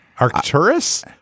Arcturus